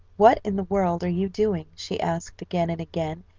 what in the world are you doing? she asked again and again,